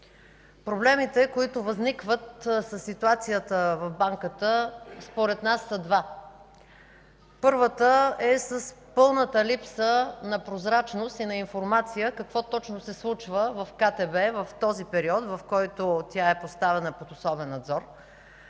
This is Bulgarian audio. Проблемите, които възникват със ситуацията в Банката, според нас са два. Първият е с пълната липса на прозрачност и на информация какво точно се случва в КТБ в период, в който тя е поставена под особен надзор.